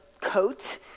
coat